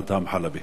אדהם חלבי.